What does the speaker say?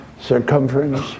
circumference